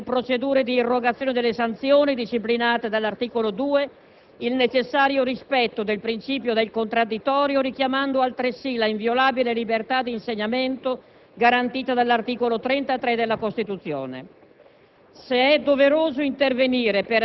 a valutare l'opportunità di garantire nelle procedure di irrogazione delle sanzioni, disciplinate dall'articolo 2, il necessario rispetto del principio del contraddittorio, richiamando altresì la inviolabile libertà di insegnamento garantita dall'articolo 33 della Costituzione.